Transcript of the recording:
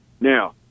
Now